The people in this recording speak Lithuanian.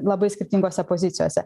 labai skirtingose pozicijose